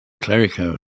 Clerico